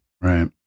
Right